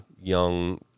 young